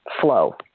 flow